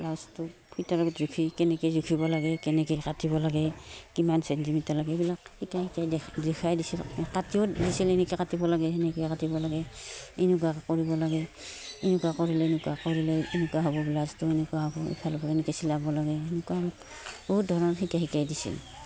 ব্লাউজটো ফিটাৰত জোখি কেনেকৈ জোখিব লাগে কেনেকৈ কাটিব লাগে কিমান ছেণ্টিমিটাৰ লাগে এইবিলাক শিকাই শিকাই দেখুৱাই দিছিল কাটিও দিছিল এনেকৈ কাটিব লাগে সেনেকৈ কাটিব লাগে এনেকুৱাকৈ কৰিব লাগে এনেকুৱা কৰিলে এনেকুৱা কৰিলে এনেকুৱা হ'ব ব্লাউজটো এনেকুৱা হ'ব ইফালৰপৰা এনেকৈ চিলাব লাগে এনেকুৱা বহুত ধৰণৰ শিকাই শিকাই দিছিল